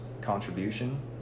contribution